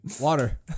Water